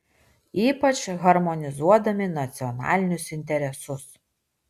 ypač harmonizuodami nacionalinius interesus